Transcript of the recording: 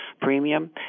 premium